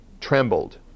trembled